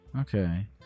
okay